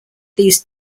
these